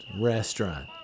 restaurant